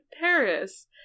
Paris